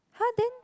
!huh! then